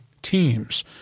Teams